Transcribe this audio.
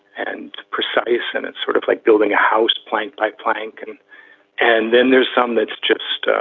and precise. and it's sort of like building a house plank by plank. and and then there's some that's just